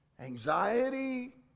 Anxiety